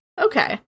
Okay